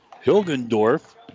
Hilgendorf